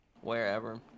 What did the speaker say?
wherever